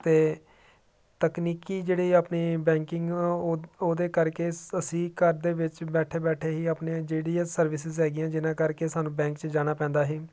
ਅਤੇ ਤਕਨੀਕੀ ਜਿਹੜੇ ਆਪਣੇ ਬੈਂਕਿੰਗ ਉਹਦੇ ਕਰਕੇ ਸ ਅਸੀਂ ਘਰ ਦੇ ਵਿੱਚ ਬੈਠੇ ਬੈਠੇ ਹੀ ਆਪਣੀ ਜਿਹੜੀ ਸਰਵਿਸਸ ਹੈਗੀਆਂ ਜਿਹਨਾਂ ਕਰਕੇ ਸਾਨੂੰ ਬੈਂਕ 'ਚ ਜਾਣਾ ਪੈਂਦਾ ਸੀ